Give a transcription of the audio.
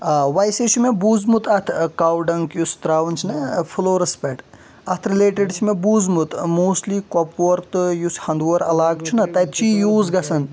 آ ویسے چھُ مےٚ بوزمُت اَکھ کَو ڈَنٛگ یُس ترٛاوان چھِنَہ فٕلورَس پٮ۪ٹھ اَتھ رِلیٹڈ چھُ مےٚ بوزمُت موسٹلی کۄپوور تہٕ یُس ہنٛدوور علاقہٕ چھُنَہ تَتہِ چھُ یہِ یوٗز گژھان